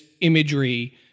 imagery